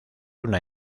una